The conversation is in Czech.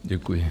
Děkuji.